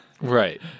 Right